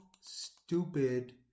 stupid